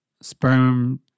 sperm